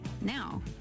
Now